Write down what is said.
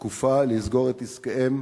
לתקופה לסגור את עסקיהם,